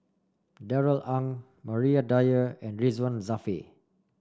Darrell Ang Maria Dyer and Ridzwan Dzafir